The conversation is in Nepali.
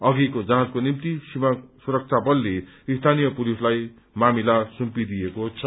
अधिल्लो जाँचको निम्ति सीमा सुरक्षा बलले स्थानीय पुलिसलाई मामिला सुष्पिदिएको छ